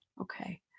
Okay